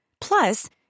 Plus